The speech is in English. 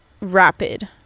rapid